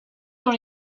dans